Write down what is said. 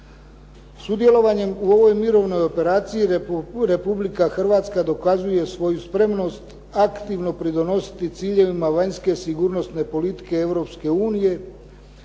Sudjelovanjem u ovoj mirovnoj operaciji Republika Hrvatska dokazuje svoju spremnost aktivno pridonositi ciljevima vanjske sigurnosne politike